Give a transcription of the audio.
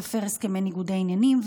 יפר הסכמי ניגוד עניינים.